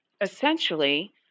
Essentially